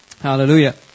Hallelujah